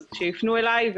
אז שיפנו אלי.